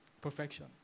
Perfection